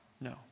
No